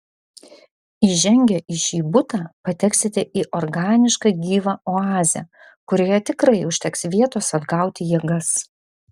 įžengę į šį butą pateksite į organišką gyvą oazę kurioje tikrai užteks vietos atgauti jėgas